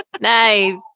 nice